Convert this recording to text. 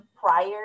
prior